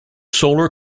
solar